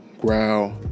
Growl